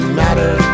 matter